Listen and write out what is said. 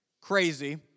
crazy